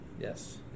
Yes